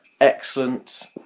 excellent